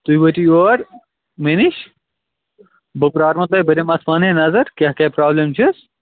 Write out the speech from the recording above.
تُہۍ وٲتِو یور مےٚ نِش بہٕ پرٛارمو تۄہہِ بہٕ دِمہٕ اَتھ پانَے نظر کیٛاہ کیٛاہ پرٛابلِم چھَس